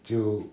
就